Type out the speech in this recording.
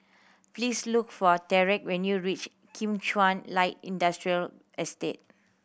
please look for Tyrek when you reach Kim Chuan Light Industrial Estate